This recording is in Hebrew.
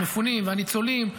המפונים והניצולים,